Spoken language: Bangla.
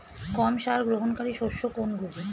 কম সার গ্রহণকারী শস্য কোনগুলি?